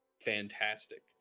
fantastic